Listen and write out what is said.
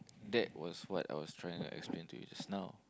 that was what I was trying to explain to you just now